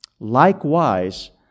Likewise